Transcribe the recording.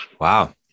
Wow